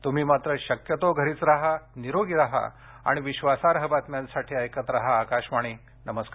तुम्ही मात्र शक्यतो घरीच राहा निरोगी राहा आणि विश्वासार्ह बातम्यांसाठी ऐकत राहा आकाशवाणी नमस्कार